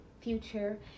future